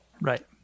Right